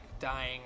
dying